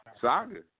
Saga